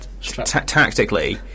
tactically